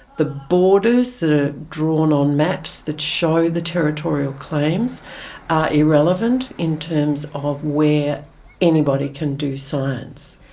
the borders that are drawn on maps that show the territorial claims are irrelevant in terms of where anybody can do science.